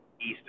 east